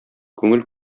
күңел